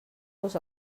los